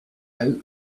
out